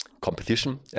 competition